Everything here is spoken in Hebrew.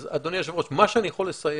אדוני היו"ר, מה שאני יכול לסייע,